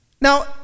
Now